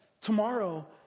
tomorrow